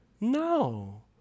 No